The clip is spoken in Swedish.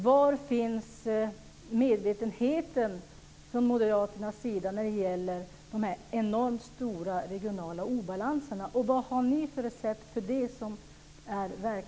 Var finns medvetenheten från moderaternas sida när det gäller de enormt stora regionala obalanserna? Vad har ni för verkningsfullt recept mot det?